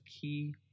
key